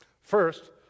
First